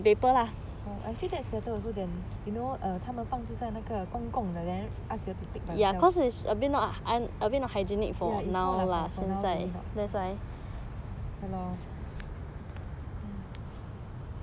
I feel that's better also then you know err 他们放在那个的 then ask you to take by yourselves ya it's not for now really not ya lor